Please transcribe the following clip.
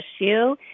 issue